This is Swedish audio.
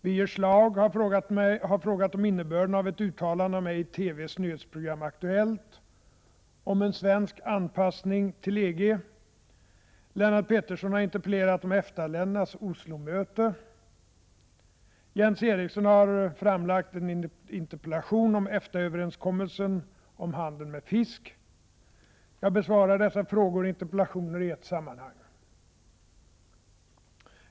Birger Schlaug har frågat om innebörden av ett uttalande av mig i TV:s nyhetsprogram ”Aktuellt” om en svensk anpassning till EG. Lennart Pettersson har interpellerat om EFTA ländernas Oslomöte. Jens Eriksson har framlagt en interpellation om EFTA-överenskommelsen om handel med fisk. Jag besvarar dessa frågor och interpellationer i ett sammanhang.